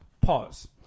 Pause